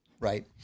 Right